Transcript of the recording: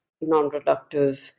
non-reductive